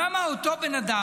למה אותו בן אדם,